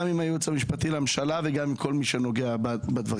גם עם הייעוץ המשפטי לממשלה וגם עם כל מי שנוגע בדברים.